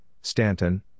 Stanton